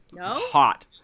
hot